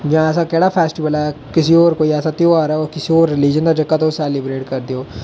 जां ऐसा केहड़ा फेस्टीवल ऐ जिसी और कोई अस त्योहार कोई और रिलिजन दा जेहका तुस सेलीवरेट करदे ओ